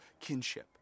kinship